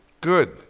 Good